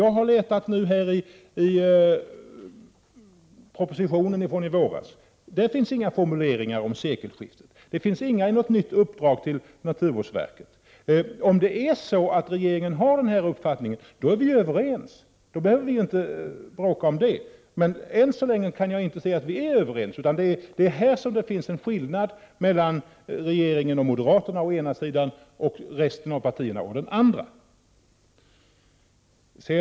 Jag har letat i propositionen från i våras. Där finns inga formuleringar om sekelskiftet. Det finns inga i något nytt uppdrag till naturvårdsverket. Om det är så att regeringen har denna uppfattning, då är vi ju överens. Då behöver vi inte bråka om det. Men än så länge kan jag inte se att vi är överens, utan det är här som det finns en skillnad mellan regeringen och moderaterna å ena sidan och resten av partierna å den andra.